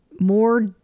More